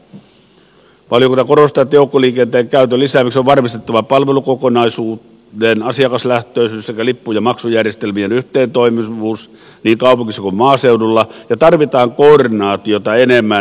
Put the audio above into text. valiokunta korostaa että joukkoliikenteen käytön lisäämiseksi on varmistettava palvelukokonaisuuden asiakaslähtöisyys sekä lippu ja maksujärjestelmien yhteentoimivuus niin kaupungeissa kuin maaseudulla tarvitaan koordinaatiota enemmän